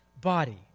body